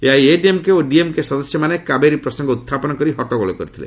ଏଆଇଏଡିଏମ୍କେ ଓ ଡିଏମ୍କେ ସଦସ୍ୟମାନେ କାବେରୀ ପ୍ରସଙ୍ଗ ଉତ୍ଥାପନ କରି ହଟ୍ଟଗୋଳ କରିଥିଲେ